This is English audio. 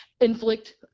inflict